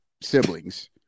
siblings